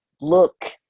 look